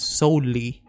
solely